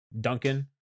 Duncan